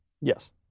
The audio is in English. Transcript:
Yes